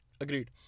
Agreed